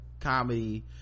comedy